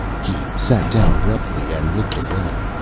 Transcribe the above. he sat down abruptly and looked away.